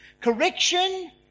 Correction